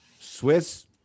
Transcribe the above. Swiss